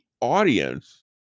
audience